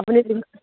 আপুনি